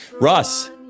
Russ